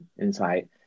insight